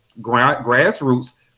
grassroots